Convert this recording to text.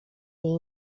jej